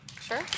Sure